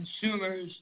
consumers